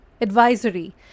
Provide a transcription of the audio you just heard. Advisory